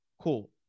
Cool